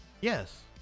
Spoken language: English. Yes